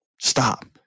Stop